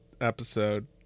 episode